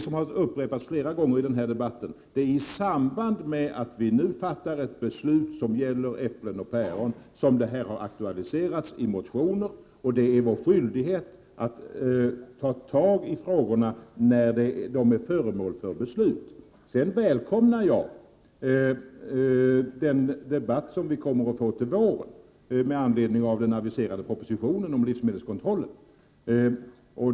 Som har upprepats flera gånger i denna debatt är det i samband med att vi nu fattar ett beslut som gäller äpplen och päron som dessa frågor har aktualiserats i motioner, och det är vår skyldighet att ta tag i frågorna när de är föremål för beslut. Sedan välkomnar jag den debatt som vi kommer att få till våren med anledning av den aviserade propositionen om livsmedelskontrollen.